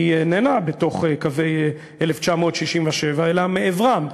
איננה בתוך קווי 1967 אלא מעברם,